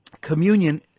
communion